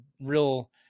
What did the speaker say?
real